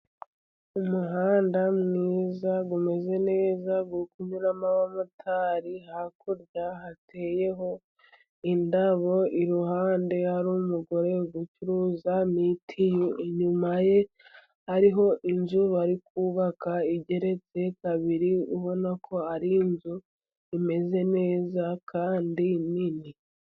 Umuhanda mwiza umeze neza, uri kunyuramo abamotari hakurya hateyeho indabo, iruhande rw'umugore ucuruza mitiyu, inyuma ye hariho inzu bari kubaka igeretse kabiri, ubona ko ari inzu imeze neza kandi nini.